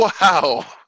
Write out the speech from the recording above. Wow